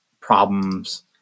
problems